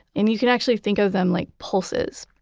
and you can actually think of them like pulses.